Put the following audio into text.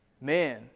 man